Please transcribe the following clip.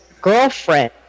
girlfriend